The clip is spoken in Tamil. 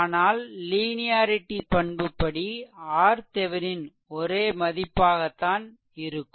ஆனால் லீனியாரிட்டி பண்புப்படி RThevenin ஒரே மதிப்பாகத்தான் இருக்கும்